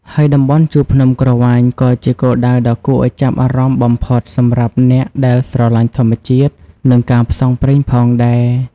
ហើយតំបន់ជួរភ្នំក្រវាញក៏ជាគោលដៅដ៏គួរឲ្យចាប់អារម្មណ៍បំផុតសម្រាប់អ្នកដែលស្រឡាញ់ធម្មជាតិ និងការផ្សងព្រេងផងដែរ។